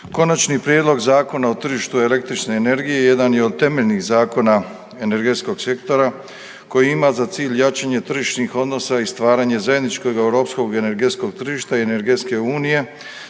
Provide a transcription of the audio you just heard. Konačni prijedlog Zakona o tržištu električne energije jedan je od temeljnih zakona energetskog sektora koji ima za cilj jačanje tržišnih odnosa i stvaranje zajedničkog europskog energetskog tržišta i energetske unije